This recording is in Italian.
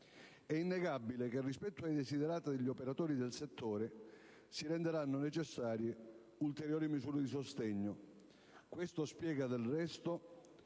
è innegabile che, rispetto ai *desiderata* degli operatori del settore, si renderanno necessarie ulteriori misure di sostegno; questo spiega del resto